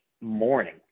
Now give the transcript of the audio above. morning